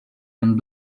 and